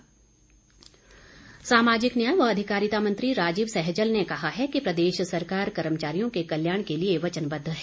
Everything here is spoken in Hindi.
सहजल सामाजिक न्याय व अधिकारिता मंत्री राजीव सैजल ने कहा है कि प्रदेश सरकार कर्मचारियों के कल्याण के लिए वचनबद्ध है